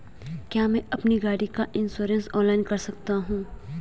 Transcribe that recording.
क्या मैं अपनी गाड़ी का इन्श्योरेंस ऑनलाइन कर सकता हूँ?